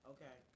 Okay